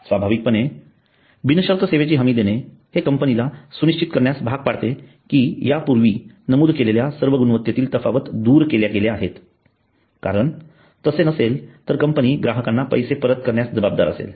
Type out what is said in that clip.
स्वाभाविकपणे बिनशर्त सेवेची हमी देणे हे कंपनीला सुनिश्चित करण्यास भाग पाडते की या पूर्वी नमूद केलेल्या सर्व गुणवत्तेतील तफावत दूर केल्या गेल्या आहेत कारण तसे नसेल तर कंपनी ग्राहकांना पैसे परत करण्यास जबाबदार असेल